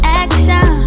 action